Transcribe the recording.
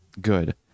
good